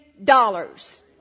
Dollars